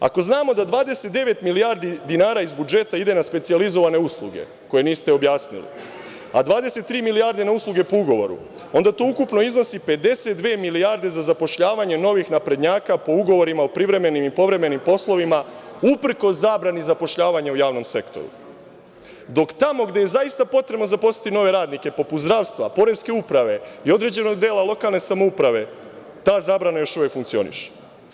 Ako znamo da 29 milijardi dinara iz budžeta ide na specijalizovane usluge, koje niste objasnili, a 23 milijarde na usluge po ugovoru, onda to ukupno iznosi 52 milijarde za zapošljavanje novih naprednjaka po ugovorima o privremenim i povremenim poslovima, uprkos zabrani zapošljavanja u javnom sektoru, dok tamo gde je zaista potrebno zaposliti nove radnike, poput zdravstva, poreske uprave i određenog dela lokalne samouprave, ta zabrana još uvek funkcioniše.